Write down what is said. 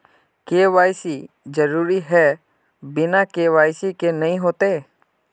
KYC जरुरी है बिना के.वाई.सी के नहीं होते?